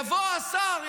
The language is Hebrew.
יבוא השר,